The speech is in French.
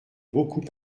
beaucoup